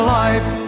life